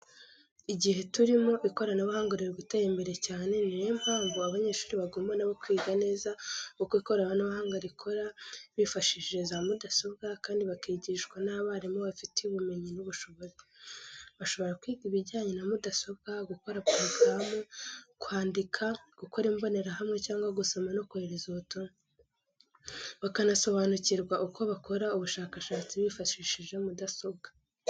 Igihe turimo ikoranabuhanga riri gutera imbere cyane, ni na yo mpamvu abanyeshuri bagomba na bo kwiga neza uko ikoranabuhanga rikora bifashishije za mugasobwa kandi bakigishwa n'abarimu babifitiye ubumenyi n'ubushobozi. Bashobora kwiga ibijyanye na mudasobwa, gukoresha porogaramu, kwandika, gukora imbonerahamwe cyangwa gusoma no kohereza ubutumwa. Bakanasobanukirwa uko bakora ubushakashatsi bifashishije mudasobwa.